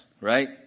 right